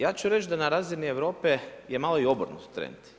Ja ću reći da na razini Europe je malo i obrnut trend.